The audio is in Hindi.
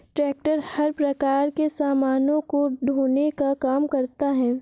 ट्रेक्टर हर प्रकार के सामानों को ढोने का काम करता है